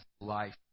life